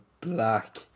black